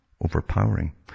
overpowering